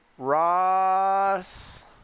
Ross